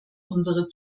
unsere